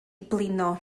blino